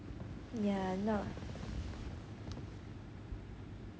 ya not